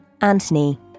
Anthony